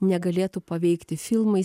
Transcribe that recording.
negalėtų paveikti filmai